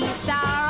star